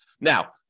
Now